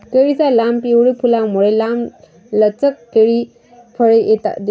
केळीच्या लांब, पिवळी फुलांमुळे, लांबलचक केळी फळे येतात